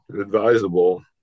advisable